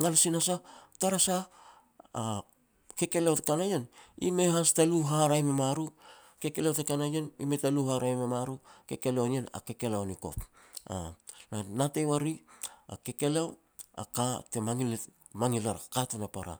ngal sin a sah, tara sah a kekeleo te ka na ien, i mei has ta lu haraeh me ma ru. Kekeleo te ka na ian, i mei ta lu haraeh me ma ru. Kekeleo ni ien a kekeleo a ni kop, uuh. Te natei uar riri a kekeleo a ka te mangil er a katun a para.